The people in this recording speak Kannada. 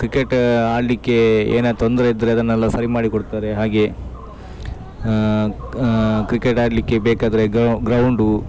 ಕ್ರಿಕೆಟ ಆಡಲಿಕ್ಕೆ ಏನಾರ ತೊಂದರೆ ಇದ್ದರೆ ಅದನ್ನೆಲ್ಲ ಸರಿ ಮಾಡಿ ಕೊಡ್ತಾರೆ ಹಾಗೆ ಕ್ರಿಕೆಟ್ ಆಡಲಿಕ್ಕೆ ಬೇಕಾದರೆ ಗ್ರೌಂಡು